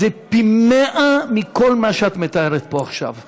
זה פי מאה מכל מה שאת מתארת פה עכשיו,